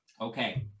Okay